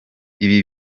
ibi